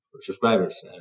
subscriber's